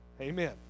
Amen